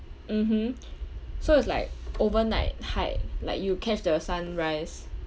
mmhmm so it's like overnight hike like you catch the sunrise